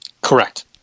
Correct